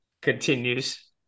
continues